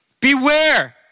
Beware